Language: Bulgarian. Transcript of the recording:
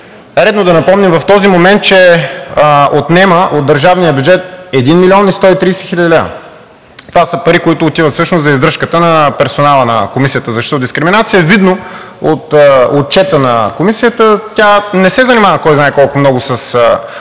редно да напомним в този момент, че отнема от държавния бюджет 1 млн. 130 хил. лв. Това са пари, които отиват всъщност за издръжката на персонала на Комисията за защита от дискриминация. Видно от отчета на Комисията, тя не се занимава кой знае колко много с